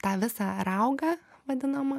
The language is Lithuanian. tą visą raugą vadinamą